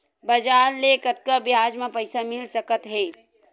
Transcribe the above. बजार ले कतका ब्याज म पईसा मिल सकत हे?